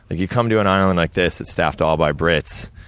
ah you come to an island like this, it's staffed all by brits.